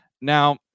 Now